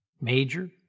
major